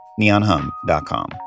neonhum.com